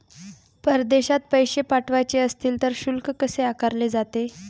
परदेशात पैसे पाठवायचे असतील तर शुल्क कसे आकारले जाते?